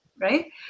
right